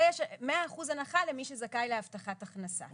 ויש מאה אחוז הנחה למי שזכאי להבטחת הכנסה.